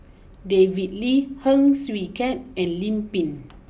David Lee Heng Swee Keat and Lim Pin